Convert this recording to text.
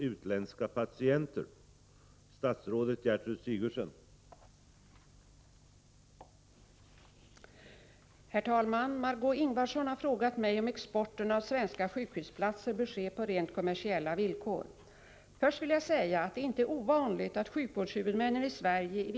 Bör exporten av svenska sjukhusplatser ske på rent kommersiella villkor?